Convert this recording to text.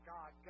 God